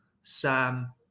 Sam